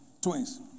Twins